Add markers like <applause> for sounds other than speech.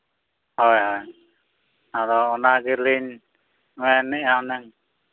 ᱦᱳᱭ ᱦᱳᱭ ᱟᱫᱚ ᱚᱱᱟ ᱜᱮᱞᱤᱧ ᱢᱮᱱ <unintelligible> ᱦᱩᱱᱟᱹᱝ